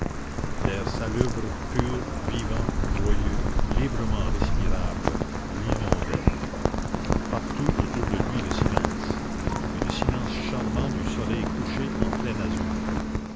l'air salubre pur vivant joyeux librement respirable l'inondait partout autour de lui le silence mais le silence charmant du soleil couché en plein azur